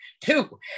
Two